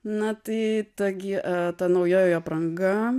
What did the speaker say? na tai ta gi ta naujoji apranga